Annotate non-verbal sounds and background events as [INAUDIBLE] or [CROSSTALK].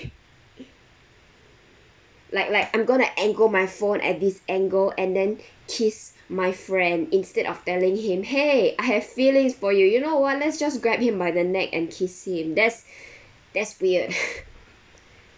[LAUGHS] like like I'm gonna angle my phone at this angle and then kiss my friend instead of telling him !hey! I have feelings for you you know what let's just grab him by the neck and kiss him that's that's weird [LAUGHS]